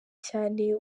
cyane